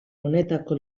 honetako